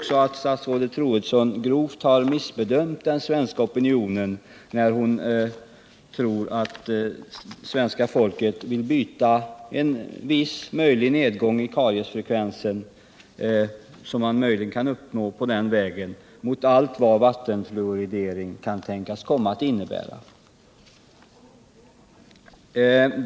Statsrådet Troedsson har nog grovt missbedömt den svenska opinionen, när hon tror att svenska folket vill byta till sig en viss nedgång i kariesfrekvensen, som man möjligen kan uppnå den här vägen, mot allt vad vattenfluoridering kan tänkas komma att innebära.